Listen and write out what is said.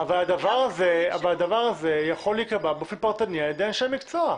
אבל הדבר הזה יכול להיקבע באופן פרטני על ידי אנשי מקצוע.